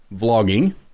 vlogging